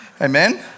amen